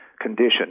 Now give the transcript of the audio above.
condition